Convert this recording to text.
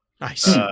Nice